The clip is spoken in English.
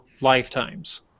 lifetimes